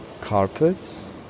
carpets